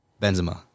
Benzema